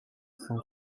cent